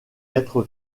être